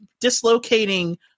dislocating